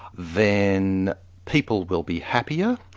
then people will be happier,